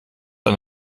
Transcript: ein